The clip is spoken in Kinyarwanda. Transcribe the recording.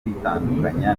kwitandukanya